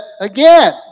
again